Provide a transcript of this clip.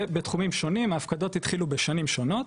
ובתחומים שונים ההפקדות התחילו בשנים שונות,